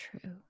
true